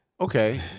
Okay